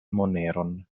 moneron